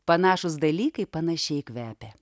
panašūs dalykai panašiai kvepia